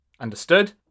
understood